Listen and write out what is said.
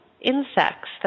insects